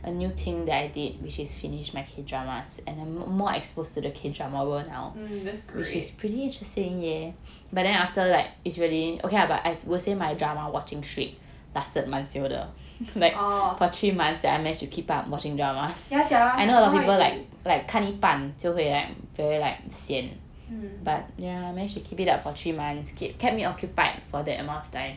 mm that's great oh yeah ya sia mm